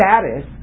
status